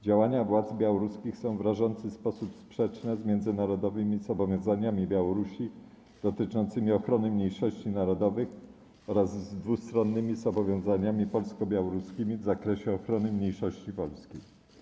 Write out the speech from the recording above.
Działania władz białoruskich są w rażący sposób sprzeczne z międzynarodowymi zobowiązaniami Białorusi dotyczącymi ochrony mniejszości narodowych oraz z dwustronnymi zobowiązaniami polsko-białoruskimi w zakresie ochrony mniejszości polskiej.